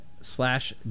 slash